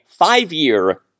five-year